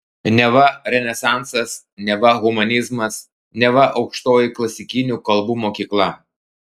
neva renesansas neva humanizmas neva aukštoji klasikinių kalbų mokykla